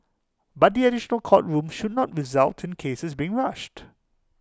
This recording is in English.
but the additional court rooms should not result in cases being rushed